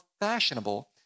fashionable